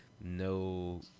no